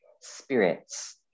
spirits